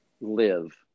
live